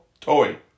Toy